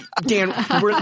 Dan